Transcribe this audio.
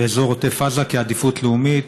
באזור עוטף עזה בעדיפות לאומית: